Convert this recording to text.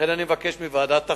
לכן אני מבקש מוועדת החוקה,